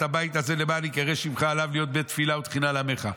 הבית הזה למען ייקרא שמך עליו להיות בית תפילה ותחינה לעמך.